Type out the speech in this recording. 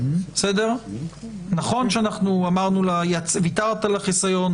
נכון שאמרנו לה: ויתרת על החיסיון,